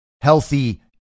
healthy